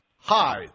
Hi